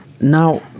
now